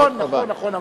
נכון, נכון.